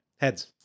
Heads